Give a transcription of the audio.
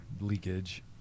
leakage